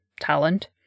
talent